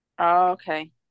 Okay